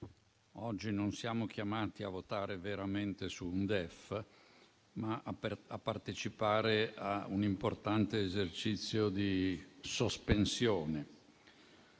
oggi non siamo chiamati a votare veramente sul DEF, ma a partecipare a un importante esercizio di sospensione,